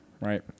Right